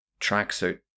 tracksuit